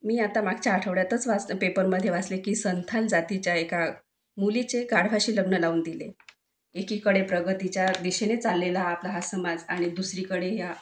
मी आता मागच्या आठवड्यातच वाच पेपरमध्ये वाचले की संथान जातीच्या एका मुलीचे गाढवाशी लग्न लावून दिले एकीकडे प्रगतीच्या दिशेने चाललेला आपला हा समाज आणि दुसरीकडे ह्या